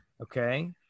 okay